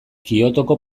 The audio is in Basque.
kyotoko